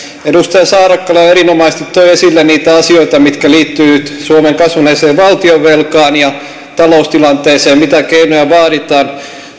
edustaja saarakkala erinomaisesti toi esille niitä asioita mitkä liittyvät nyt suomen kasvaneeseen valtionvelkaan ja taloustilanteeseen ja mitä keinoja vaaditaan